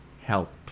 help